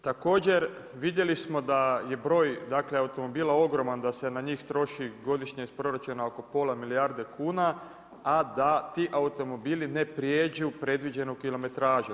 Također, vidjeli smo da je broj automobila ogroman, da se na njih troši godišnje iz proračuna, oko pola milijarde kuna, a da ti automobili ne prijeđu predviđenu kilometražu.